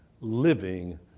living